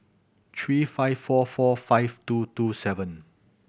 three five four four five two two seven